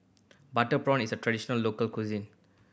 butter prawn is a traditional local cuisine